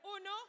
Uno